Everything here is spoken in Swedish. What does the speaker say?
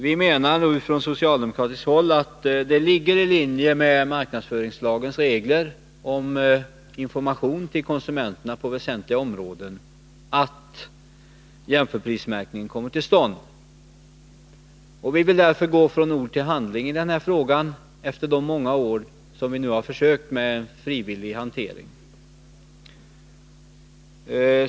Vi menar från socialdemokratiskt håll att det ligger i linje med marknadsföringslagens regler om information till konsumenterna på väsentliga områden att jämförprismärkning kommer till stånd. Vi vill nu gå från ord till handling i denna fråga efter de många år som vi har försökt få resultat på frivillighetens väg.